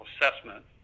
assessment